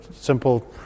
simple